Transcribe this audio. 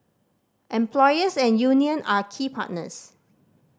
employers and union are key partners